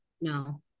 no